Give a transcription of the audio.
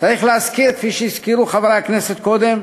צריך להזכיר, כפי שהזכירו חברי הכנסת קודם,